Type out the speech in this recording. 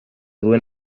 duen